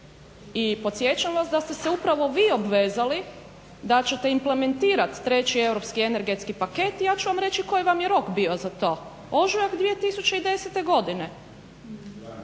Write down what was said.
i podsjećam vas da ste se upravo vi obvezali da ćete implementirat 3 Europski energetski paket i ja ću vam reći koji vam jer rok bio za to, ožujak 2010. godine.,